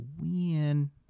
win